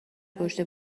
پشت